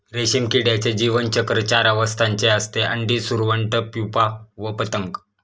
रेशीम किड्याचे जीवनचक्र चार अवस्थांचे असते, अंडी, सुरवंट, प्युपा व पतंग